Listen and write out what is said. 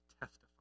testify